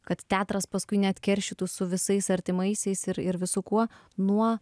kad teatras paskui neatkeršytų su visais artimaisiais ir ir visu kuo nuo